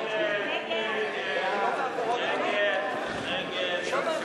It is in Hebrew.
מי נמנע?